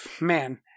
Man